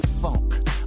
Funk